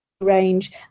range